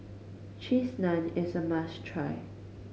Cheese Naan is a try